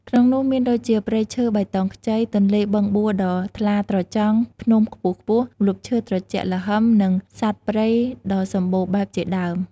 ក្នុងនោះមានដូចជាព្រៃឈើបៃតងខ្ចី ទន្លេបឹងបួដ៏ថ្លាត្រចង់ ភ្នំខ្ពស់ៗ ម្លប់ឈើត្រជាក់ល្ហឹម និងសត្វព្រៃដ៏សម្បូរបែបជាដើម។